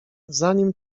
zanim